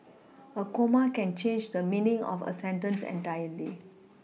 a comma can change the meaning of a sentence entirely